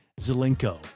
Zelenko